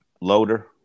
loader